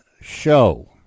show